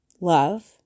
love